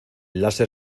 láser